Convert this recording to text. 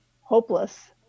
hopeless